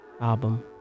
album